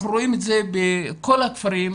אנחנו רואים את זה בכל הכפרים,